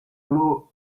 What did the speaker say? blue